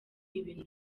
ibintu